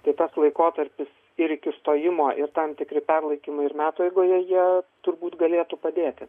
tai tas laikotarpis ir iki stojimo ir tam tikri perlaikymai ir metų eigoje jie turbūt galėtų padėti